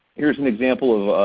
here's an example,